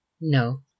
No